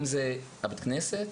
אם זה בית הכנסת,